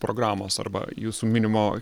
programos arba jūsų minimo